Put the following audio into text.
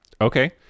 Okay